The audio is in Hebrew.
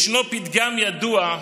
ישנו פתגם ידוע: